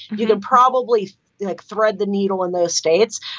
you can probably like thread the needle in those states.